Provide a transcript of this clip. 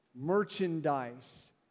merchandise